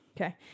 okay